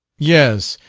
yes,